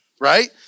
right